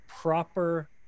proper